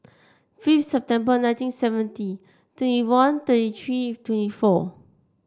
fifth September nineteen seventy twenty one thirty three twenty four